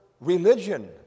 religion